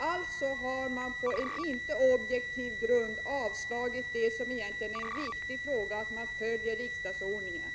Alltså har utskottsmajoriteten på icke objektiv grund vägrat att följa riksdagsordningen.